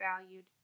valued